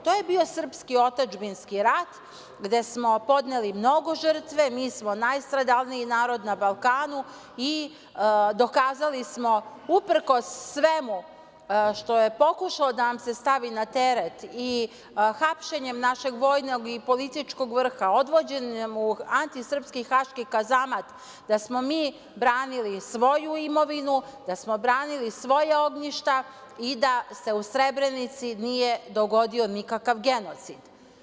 To je bio srpski otadžbinski rat gde smo podneli mnogo žrtava, mi smo najstradalniji narod na Balkanu i dokazali smo uprkos svemu što je pokušano da nam se stavi na teret i hapšenjem našeg vojnog i političkog vrha, odvođenjem u anti-srpski Haški kazamat, da smo mi branili svoju imovinu, da smo branili svoje ognjište i da se u Srebrenici nije dogodio nikakav genocid.